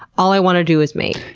all i want to do is mate.